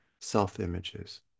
self-images